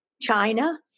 China